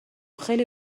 خیلی